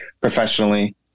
professionally